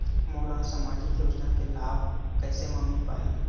मोला सामाजिक योजना के लाभ कैसे म मिल पाही?